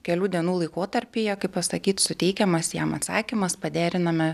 kelių dienų laikotarpyje kaip pasakyt suteikiamas jam atsakymas paderiname